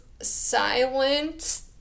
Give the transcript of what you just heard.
silent